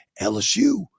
LSU